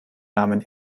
namen